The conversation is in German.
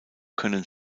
können